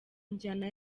njyana